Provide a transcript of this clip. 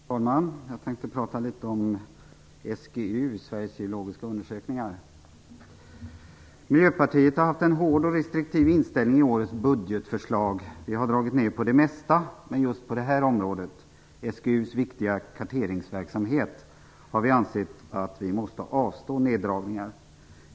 Fru talman! Jag tänkte prata litet om SGU, Sveriges geologiska undersökning. Miljöpartiet har haft en hård och restriktiv inställning i årets budgetförslag. Vi har dragit ner på det mesta, men just på det här området, SGU:s viktiga karteringsverksamhet, har vi ansett att vi måste avstå från nerdragningar.